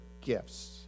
gifts